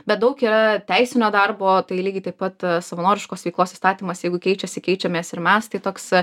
bet daug yra teisinio darbo tai lygiai taip pat savanoriškos veiklos įstatymas jeigu keičiasi keičiamės ir mes tai toks